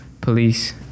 police